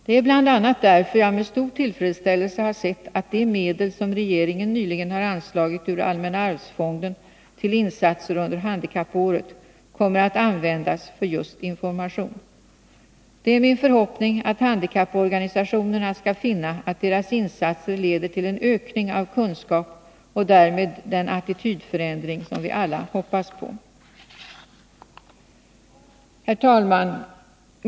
Det är bl.a. därför jag med stor tillfredsställelse har sett att de medel som regeringen nyligen har anslagit ur Allmänna arvsfonden till insatser under handikappåret kommer att användas för just information. Det är min förhoppning att handikapporganisationerna skall finna att deras insatser leder till den ökning av kunskap och därmed den attitydförändring som vi alla hoppas på. Herr talman!